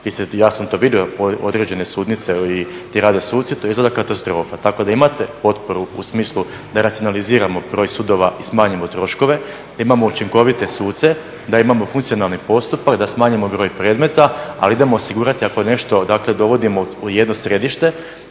ne razumije./ … određene sudnice gdje rade suci, to izgleda katastrofa. Tako da imate potporu u smislu da racionaliziramo broj sudova i smanjimo troškove, da imamo učinkovite suce, da imamo funkcionalni postupak, da smanjimo broj predmeta, ali idemo osigurati ako nešto, dakle dovodimo u jedno središte,